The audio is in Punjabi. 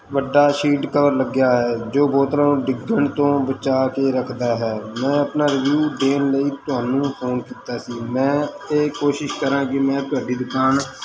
ਵੱਡਾ ਸ਼ੀਲਡ ਕਵਰ ਲੱਗਿਆ ਹੈ ਜੋ ਬੋਤਲਾਂ ਨੂੰ ਡਿੱਗਣ ਤੋਂ ਬਚਾ ਕੇ ਰੱਖਦਾ ਹੈ ਮੈਂ ਆਪਣਾ ਰਿਵਿਊ ਦੇਣ ਲਈ ਤੁਹਾਨੂੰ ਫੋਨ ਕੀਤਾ ਸੀ ਮੈਂ ਇਹ ਕੋਸ਼ਿਸ਼ ਕਰਾਂ ਕਿ ਮੈਂ ਤੁਹਾਡੀ ਦੁਕਾਨ